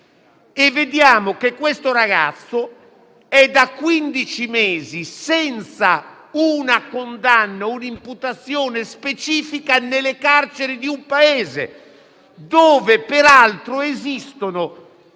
vediamo che questo ragazzo, da quindici mesi, senza una condanna e una imputazione specifica, si trova nelle carceri di un Paese, dove, peraltro, esistono